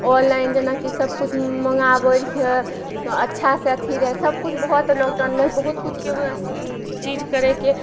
online जेनाकि सबकिछु मँगाबय रहियइ अच्छासँ अथी रहय सभ किछु बहुत लॉकडाउनमे बहुत किछुके बै चीज करयके